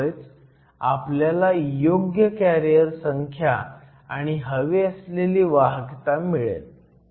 त्यामुळेच आपल्याला योग्य कॅरियर संख्या आणि हवी असलेली वाहकता मिळेल